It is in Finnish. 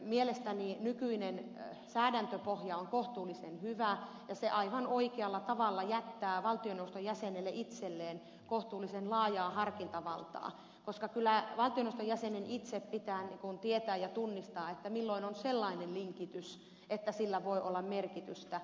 mielestäni nykyinen säädäntöpohja on kohtuullisen hyvä ja se aivan oikealla tavalla jättää valtioneuvoston jäsenelle itselleen kohtuullisen laajaa harkintavaltaa koska kyllä valtioneuvoston jäsenen itse pitää tietää ja tunnistaa milloin on sellainen linkitys että sillä voi olla merkitystä